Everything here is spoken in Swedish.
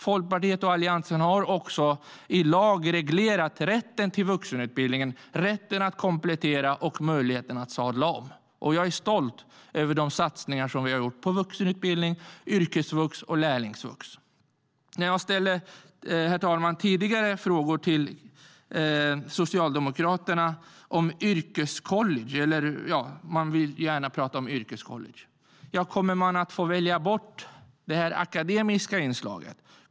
Folkpartiet och Alliansen har också i lag reglerat rätten till vuxenutbildning, rätten att komplettera och möjligheten att sadla om. Jag är stolt över de satsningar som vi har gjort på vuxenutbildning, yrkesvux och lärlingsvux. Herr talman! Jag har tidigare ställt frågor till Socialdemokraterna om yrkescollege, som de gärna vill prata om. Kommer man där att få välja bort det akademiska inslaget?